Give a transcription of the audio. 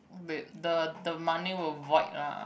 the the money will void lah